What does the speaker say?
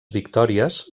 victòries